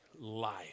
life